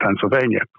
Pennsylvania